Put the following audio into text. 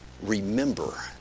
remember